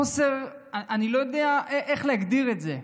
חוסר, אני לא יודע איך להגדיר את זה.